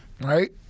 Right